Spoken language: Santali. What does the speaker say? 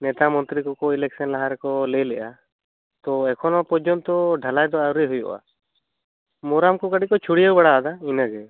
ᱱᱮᱛᱟ ᱢᱩᱱᱛᱨᱤ ᱠᱚ ᱠᱚ ᱤᱞᱮᱠᱥᱮᱱ ᱞᱟᱦᱟ ᱨᱮᱠᱚ ᱞᱟᱹᱭᱞᱮᱜᱼᱟ ᱛᱳ ᱮᱠᱷᱳᱱᱳ ᱯᱚᱨᱡᱚᱱᱛᱚ ᱰᱷᱟᱞᱟᱭ ᱫᱚ ᱟᱹᱣᱨᱤ ᱦᱩᱭᱩᱜᱼᱟ ᱢᱳᱨᱟᱢ ᱠᱚ ᱠᱟᱹᱴᱤᱡ ᱠᱚ ᱪᱷᱩᱲᱭᱟᱹᱣ ᱵᱟᱲᱟ ᱟᱫᱟ ᱤᱱᱟᱹᱜᱮ